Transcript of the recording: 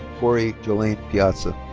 cori jolane piazza.